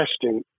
testing